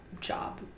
job